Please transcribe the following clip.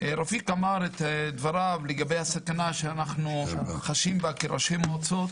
רפיק אמר את דבריו לגבי הסכנה שאנחנו חשים בה כראשי מועצות,